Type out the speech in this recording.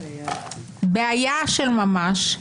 בעיה של ממש.